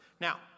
Now